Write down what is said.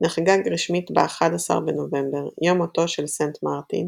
נחגג רשמית ב-11 בנובמבר, יום מותו של סנט מרטין,